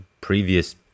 previous